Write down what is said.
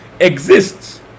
exists